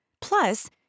Plus